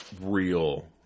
real